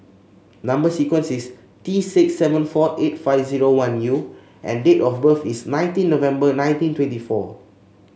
number sequence is T six seven four eight five zero one U and date of birth is nineteen November nineteen twenty four